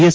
S